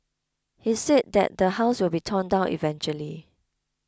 he said that the house will be torn down eventually